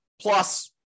plus